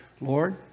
Lord